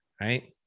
Right